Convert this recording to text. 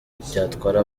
byatwara